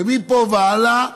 ומפה והלאה